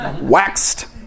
waxed